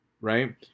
Right